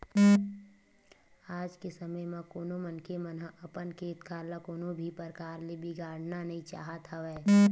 आज के समे म कोनो मनखे मन ह अपन खेत खार ल कोनो भी परकार ले बिगाड़ना नइ चाहत हवय